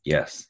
Yes